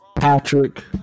Patrick